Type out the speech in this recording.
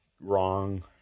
wrong